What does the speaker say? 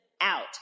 out